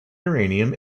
uranium